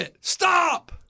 Stop